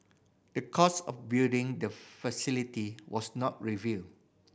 the cost of building the facility was not revealed